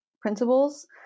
principles